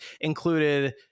included